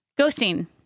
Ghosting